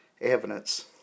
evidence